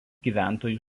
gyventojų